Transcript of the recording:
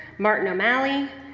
martin o'malley,